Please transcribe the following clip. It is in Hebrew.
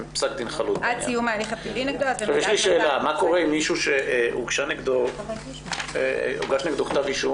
יש לי שאלה: מה קורה עם מישהו שהוגש נגדו כתב אישום